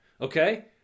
Okay